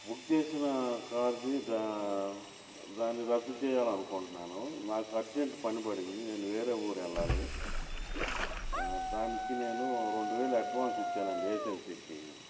book చేసిన car ద దాన్ని రద్దు చేయాలి అనుకుంటున్నాను నాకు అర్జెంట్ పని పడింది నేను వేరే ఊరు వెళ్ళాలి దానికి నేను రెండు వేలు అడ్వాన్స్ ఇచ్చానండి ఏజెన్సీకి